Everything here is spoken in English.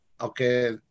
Okay